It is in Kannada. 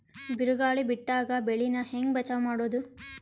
ಬಿರುಗಾಳಿ ಬಿಟ್ಟಾಗ ಬೆಳಿ ನಾ ಹೆಂಗ ಬಚಾವ್ ಮಾಡೊದು?